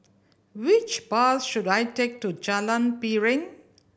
which bus should I take to Jalan Piring